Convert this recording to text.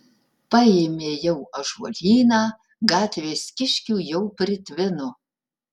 paėmė jau ąžuolyną gatvės kiškių jau pritvino